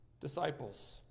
disciples